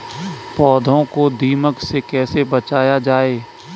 पौधों को दीमक से कैसे बचाया जाय?